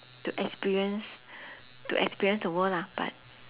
to experience to experience the world lah but